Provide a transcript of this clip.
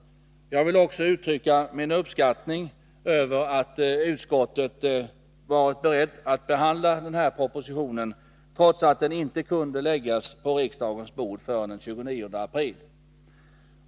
Jag vill också uttrycka min uppskattning över att utskottet varit berett att behandla propositionen trots att den inte kunde läggas på riksdagens bord förrän den 29 april.